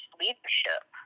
leadership